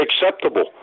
acceptable